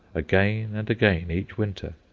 again and again, each winter.